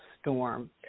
storm